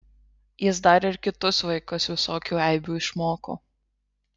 jis dar ir kitus vaikus visokių eibių išmoko